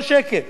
מיליון וחצי.